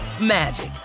magic